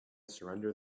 surrender